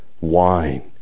wine